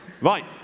Right